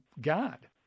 God